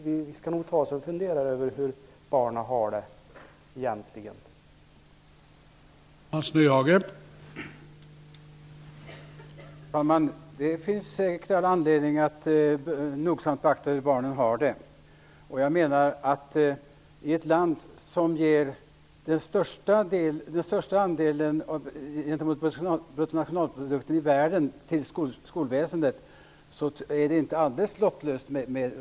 Vi skall nog ta oss en funderare på hur barnen egentligen har det.